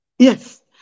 Yes